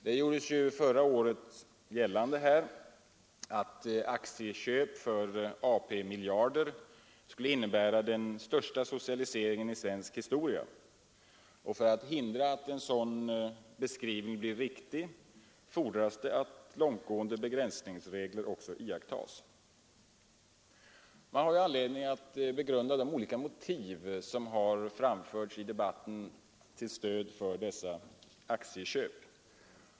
Det gjordes förra året gällande att aktieköp för AP-miljarder skulle innebära den största socialiseringen i svensk historia. För att hindra att en sådan beskrivning blir riktig fordras det att långtgående begränsningsregler iakttas. Man har anledning att begrunda de olika motiv som har framförts i debatten till stöd för dessa aktieköp.